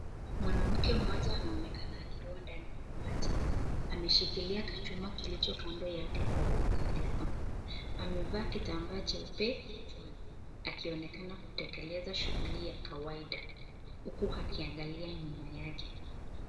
Mwanamke mmoja anaonekana akiwa ndani ya maji, ameshikilia kachuma kilicho kando yake kwa uangalifu, amevaa kitambaa cheupe kichwani akionekana kutekeleza shughuli ya kawaida huku akiangalia nyuma yake.